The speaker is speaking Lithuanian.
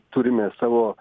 turime savo